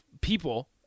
people